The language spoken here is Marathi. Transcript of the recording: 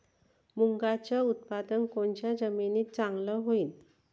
मुंगाचं उत्पादन कोनच्या जमीनीत चांगलं होईन?